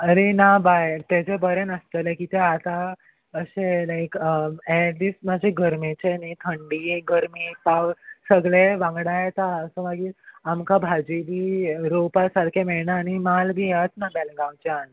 अरे ना बाय तेजे बरें नासतले कितें आतां अशें लायक हे दीस मातशें गरमेचें न्ही थंडी गरमी पाव सगळें वांगडा येता सो मागीर आमकां भाजी बी रोवपा सारकें मेळना आनी माल बी येतना सारको बेलगांवच्यान